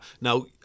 Now